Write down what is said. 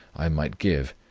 i might give,